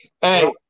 Hey